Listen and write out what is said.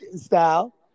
style